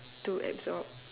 to absorb